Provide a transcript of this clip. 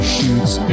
Shoots